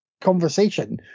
conversation